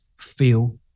feel